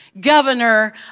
governor